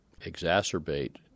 exacerbate